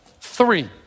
Three